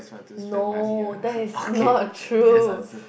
no that is not true